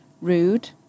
rude